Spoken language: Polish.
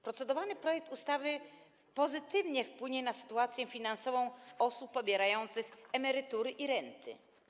Procedowany projekt ustawy pozytywnie wpłynie na sytuację finansową osób pobierających emerytury i renty.